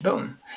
Boom